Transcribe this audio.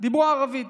דיברו ערבית.